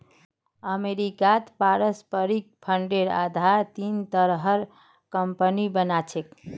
अमरीकात पारस्परिक फंडेर आधारत तीन तरहर कम्पनि बना छेक